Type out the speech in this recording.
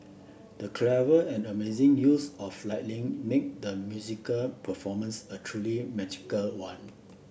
the clever and amazing use of lighting made the musical performance a truly magical one